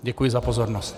Děkuji za pozornost.